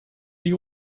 die